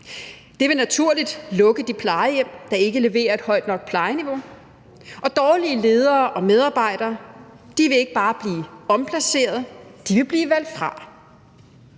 Det vil naturligt lukke de plejehjem, der ikke leverer et højt nok plejeniveau, og dårlige ledere og medarbejdere vil ikke bare blive omplaceret, men de vil blive valgt fra.